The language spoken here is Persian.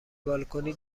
بالکنی